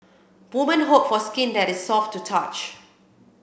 women hope for skin that is soft to the touch